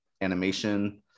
animation